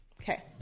Okay